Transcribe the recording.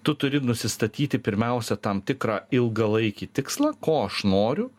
tu turi nusistatyti pirmiausia tam tikrą ilgalaikį tikslą ko aš noriu